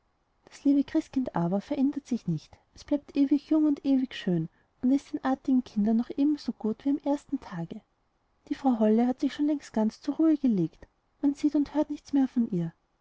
das liebe christkind aber verändert sich nicht es bleibt ewig jung und ewig schön und ist den artigen kindern noch ebenso gut wie am ersten tage die frau holle hat sich schon längst ganz zur ruhe gelegt man sieht und hört nichts mehr von ihr